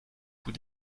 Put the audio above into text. coup